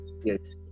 yes